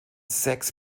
sechs